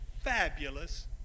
fabulous